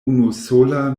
unusola